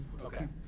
Okay